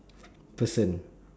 person